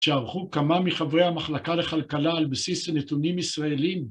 שערכו כמה מחברי המחלקה לכלכלה על בסיס נתונים ישראלים.